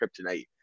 kryptonite